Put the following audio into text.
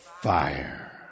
fire